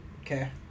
Okay